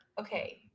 okay